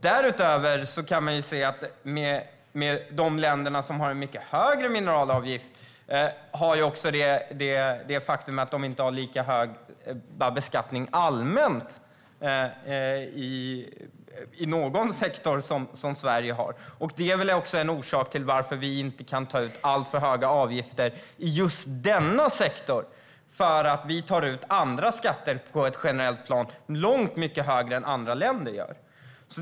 De länder som har en mycket högre mineralavgift har ju de facto inte en lika hög beskattning allmänt, i någon sektor, som Sverige. Det är väl också en orsak till att vi inte kan ta ut alltför höga avgifter i just denna sektor. Vi tar ut andra skatter på ett generellt plan som är långt mycket högre än andra länders.